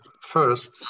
first